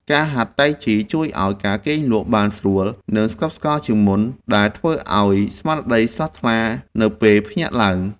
ការហាត់តៃជីជួយឱ្យការគេងលក់បានស្រួល និងស្កប់ស្កល់ជាងមុន ដែលធ្វើឱ្យស្មារតីស្រស់ថ្លានៅពេលភ្ញាក់ឡើង។